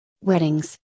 Weddings